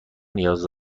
نیاز